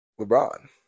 LeBron